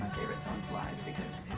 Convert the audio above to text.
favorite songs live because